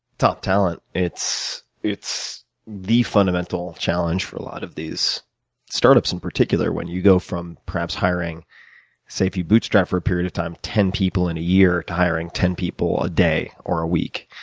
top talent. it's it's the fundamental challenge for a lot of these startups in particular, when you go from perhaps hiring say if you bootstrapped for a period of a time, ten people in a year to hiring ten people a day or a week.